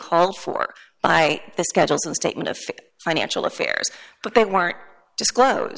called for by the schedules of statement of financial affairs but they weren't disclosed